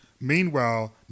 Meanwhile